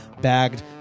bagged